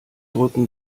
drücken